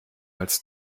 als